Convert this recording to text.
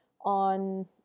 on